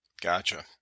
Gotcha